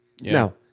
Now